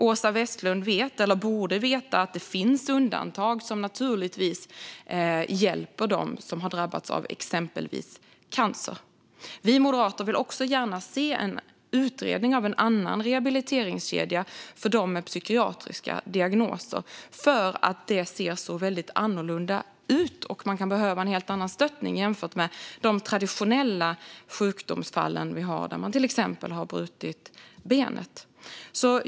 Åsa Westlund vet, eller borde veta, att det finns undantag som hjälper dem som drabbats av exempelvis cancer. Vi moderater vill också gärna se en utredning av en annan rehabiliteringskedja för dem med psykiatriska diagnoser för att det ser så annorlunda ut och man kan behöva helt annan stöttning jämfört med "traditionella" sjukdomsfall, till exempel att man brutit ett ben.